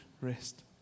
rest